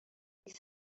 remix